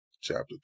Chapter